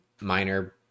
minor